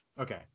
Okay